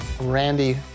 Randy